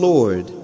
Lord